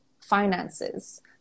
finances